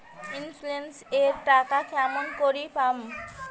Insurance এর টাকা কেমন করি পাম?